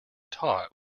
taught